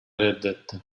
reddetti